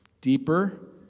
deeper